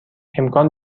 امکان